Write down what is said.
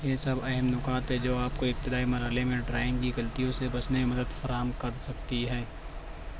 یہ سب اہم نکات ہیں جو آپ کو ابتدائی مرحلے میں ڈرائنگ کی غلطیوں سے بچنے میں مدد فراہم کر سکتی ہے